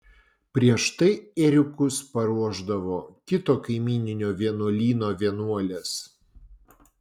prieš tai ėriukus paruošdavo kito kaimyninio vienuolyno vienuolės